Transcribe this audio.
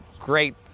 Great